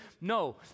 No